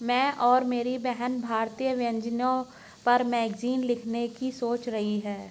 मैं और मेरी बहन भारतीय व्यंजनों पर मैगजीन लिखने की सोच रही है